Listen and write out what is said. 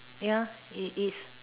ya it is